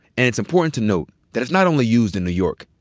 and it's important to note that it's not only used in new york.